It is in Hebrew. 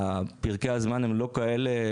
ופרקי הזמן הם לא כאלה